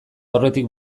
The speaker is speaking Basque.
aurretik